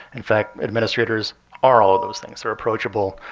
in fact, administrators are all of those things. they're approachable,